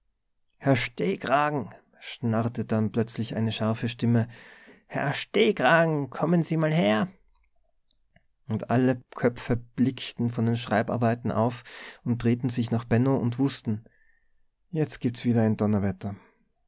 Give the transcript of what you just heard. stehkragen schnarrte dann plötzlich eine scharfe stimme herr stehkragen kommen sie mal her und alle köpfe blickten von den schreibarbeiten auf und drehten sich nach benno und wußten jetzt gibt's wieder ein donnerwetter